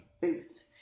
booth